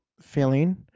feeling